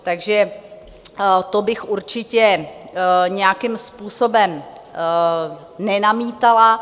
Takže to bych určitě nějakým způsobem nenamítala.